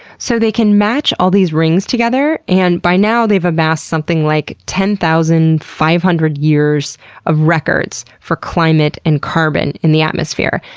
so they can match all these rings together, and by now they've amassed something like ten thousand five hundred years of records for climate and carbon in the atmosphere.